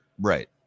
Right